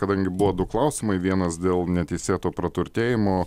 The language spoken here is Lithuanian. kadangi buvo du klausimai vienas dėl neteisėto praturtėjimo